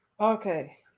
Okay